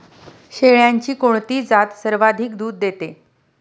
शेळ्यांची कोणती जात सर्वाधिक दूध देते?